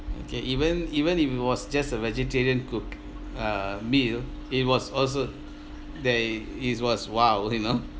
okay even even if it was just a vegetarian cook uh meal it was also there it was !wow! you know